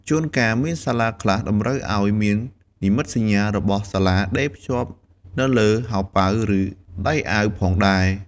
ជួនកាលមានសាលាខ្លះតម្រូវឱ្យមាន និមិត្តសញ្ញា របស់សាលាដេរភ្ជាប់នៅលើហោប៉ៅ ឬដៃអាវផងដែរ។